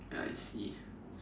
I see